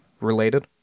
related